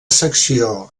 secció